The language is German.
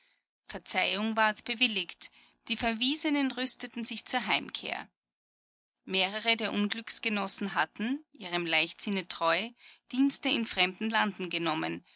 verzeihung ward bewilligt die verwiesenen rüsteten sich zur heimkehr mehrere der unglücksgenossen hatten ihrem leichtsinne treu dienste in fremden landen genommen